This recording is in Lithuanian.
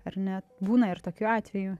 ar ne būna ir tokių atvejų